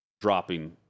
dropping